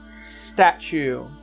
statue